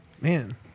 Man